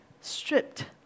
stripped